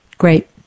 Great